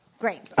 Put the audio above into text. Great